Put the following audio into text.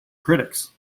critics